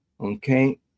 Okay